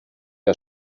que